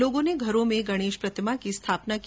लोगों ने घरों में गणेश प्रतिमा की स्थापना की